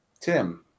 tim